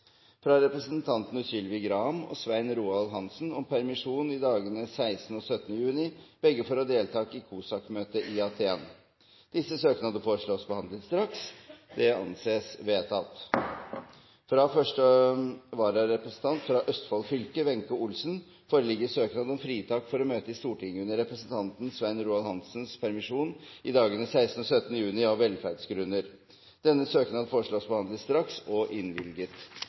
fra representantene Sylvi Graham og Svein Roald Hansen om permisjon i dagene 16. og 17. juni – begge for å delta i COSAC-møte i Athen Disse søknadene foreslås behandlet straks og innvilget. – Det anses vedtatt. Fra første vararepresentant for Østfold fylke, Wenche Olsen, foreligger søknad om fritak for å møte i Stortinget under representanten Svein Roald Hansens permisjon i dagene 16. og 17. juni, av velferdsgrunner. Søknaden foreslås behandlet straks og innvilget.